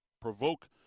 provoke